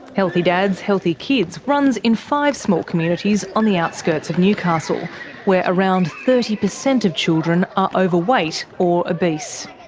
healthy dads, healthy kids runs in five small communities on the outskirts of newcastle where around thirty percent of children are overweight or obese.